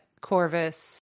Corvus